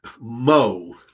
Mo